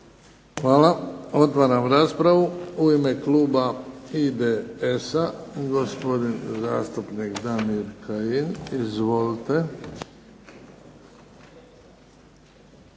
Hvala. Otvaram raspravu. U ime kluba IDS-a gospodin zastupnik Damir Kajin. Izvolite.